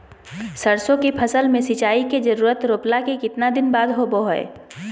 सरसों के फसल में सिंचाई के जरूरत रोपला के कितना दिन बाद होबो हय?